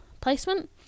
placement